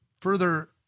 further